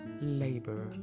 labor